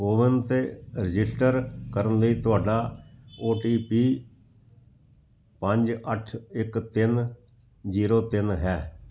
ਕੋਵਿਨ 'ਤੇ ਰਜਿਸਟਰ ਕਰਨ ਲਈ ਤੁਹਾਡਾ ਓ ਟੀ ਪੀ ਪੰਜ ਅੱਠ ਇੱਕ ਤਿੰਨ ਜ਼ੀਰੋ ਤਿੰਨ ਹੈ